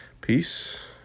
peace